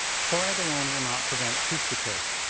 fluoride alone will not prevent tooth decay.